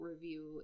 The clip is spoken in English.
review